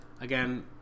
Again